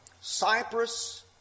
Cyprus